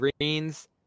Greens